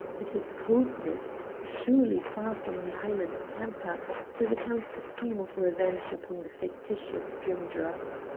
and his coldness surely far from the highland temper to the count's scheme of revenge upon the fictitious drimdarroch.